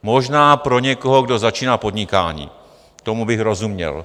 Možná pro někoho, kdo začíná podnikání, tomu bych rozuměl.